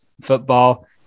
Football